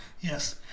Yes